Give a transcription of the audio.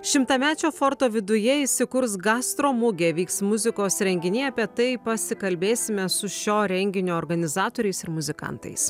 šimtamečio forto viduje įsikurs gastro mugė vyks muzikos renginiai apie tai pasikalbėsime su šio renginio organizatoriais ir muzikantais